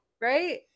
right